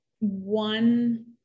one